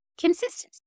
Consistency